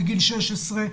בגיל 16,